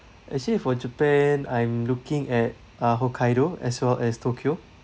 actually for japan I'm looking at uh hokkaido as well as tokyo